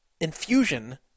infusion